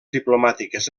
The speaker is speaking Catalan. diplomàtiques